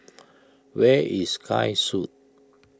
where is Sky Suites